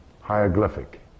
hieroglyphic